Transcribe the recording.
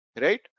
Right